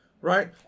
right